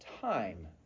time